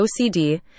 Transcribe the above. OCD